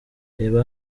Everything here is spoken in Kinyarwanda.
reba